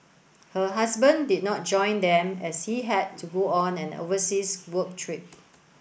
her husband did not join them as he had to go on an overseas work trip